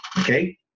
okay